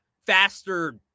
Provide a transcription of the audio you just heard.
faster